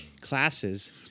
classes